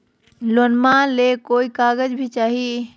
लोनमा ले कोई कागज भी चाही?